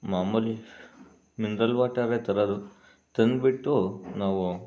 ಮಾಮೂಲಿ ಮಿನ್ರಲ್ ವಾಟರೇ ತರೋದು ತಂದ್ಬಿಟ್ಟು ನಾವು